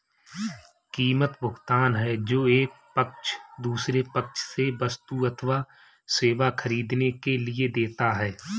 कीमत, भुगतान है जो एक पक्ष दूसरे पक्ष से वस्तु अथवा सेवा ख़रीदने के लिए देता है